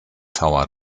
tower